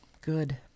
Good